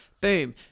Boom